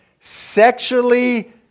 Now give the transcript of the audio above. sexually